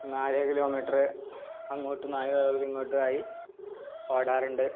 നാല് കിലോമീറ്ററ് അങ്ങോട്ട് നാല് ഇങ്ങോട്ടുമായി ഓടാറുണ്ട്